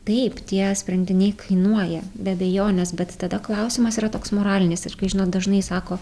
taip tie sprendiniai kainuoja be abejonės bet tada klausimas yra toks moralinis ir kai žinot dažnai sako